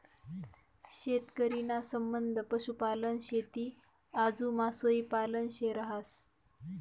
शेतकरी ना संबंध पशुपालन, शेती आजू मासोई पालन शे रहास